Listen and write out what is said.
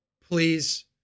Please